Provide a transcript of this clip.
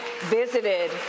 visited